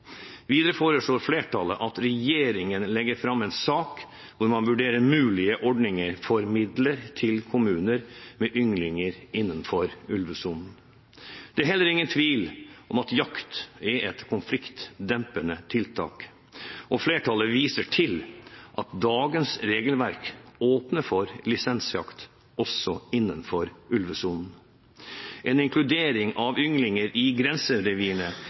Videre foreslår flertallet at regjeringen legger fram en sak hvor man vurderer mulige ordninger for midler til kommuner med ynglinger innenfor ulvesonen. Det er heller ingen tvil om at jakt er et konfliktdempende tiltak, og flertallet viser til at dagens regelverk åpner for lisensjakt også innenfor ulvesonen. En inkludering av ynglinger i